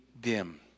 dim